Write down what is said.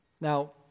Now